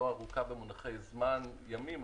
לא ארוכה במונחי זמן של ימים,